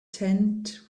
tent